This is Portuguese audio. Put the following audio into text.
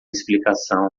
explicação